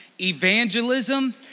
evangelism